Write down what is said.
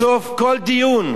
בסוף כל דיון,